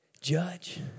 judge